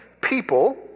people